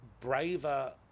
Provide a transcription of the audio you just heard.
braver